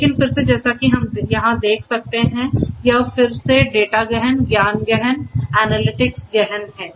लेकिन फिर से जैसा कि हम यहाँ देख सकते हैं यह फिर से डेटा गहन ज्ञान गहन एनालिटिक्स गहन है